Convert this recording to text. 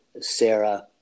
sarah